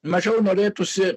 mažiau norėtųsi